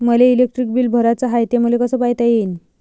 मले electric bill भराचं हाय, ते मले कस पायता येईन?